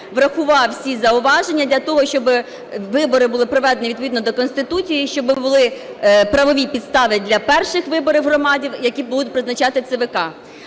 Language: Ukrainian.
врахував всі зауваження, для того щоби вибори були проведені відповідно до Конституції і щоби були правові підстави для перших виборів громад, які буде призначати ЦВК.